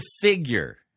figure